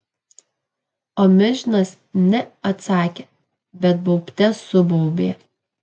o milžinas ne atsakė bet baubte subaubė